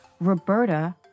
Roberta